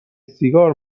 سیگار